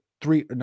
three